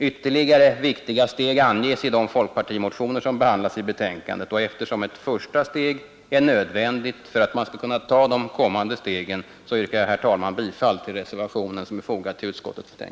Ytterligare viktiga steg anges i de folkpartimotioner som behandlas i betänkandet, och eftersom ett första steg är nödvändigt för att man skall kunna ta de kommande stegen yrkar jag, herr talman, bifall till reservationen.